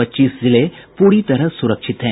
पच्चीस जिले पूरी तरह सुरक्षित हैं